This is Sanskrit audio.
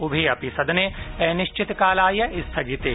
उभे अपि सदने अनिश्चितकालाय स्थगिते